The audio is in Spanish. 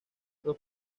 los